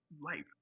life